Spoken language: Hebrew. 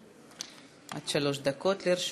עד שלוש דקות לרשותך.